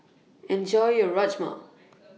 Enjoy your Rajma